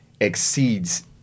exceeds